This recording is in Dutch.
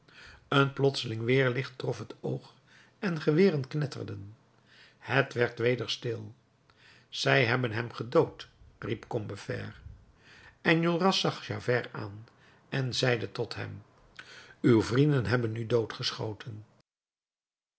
een plotseling weerlicht trof het oog en geweren knetterden het werd weder stil zij hebben hem gedood riep combeferre enjolras zag javert aan en zeide tot hem uw vrienden hebben u doodgeschoten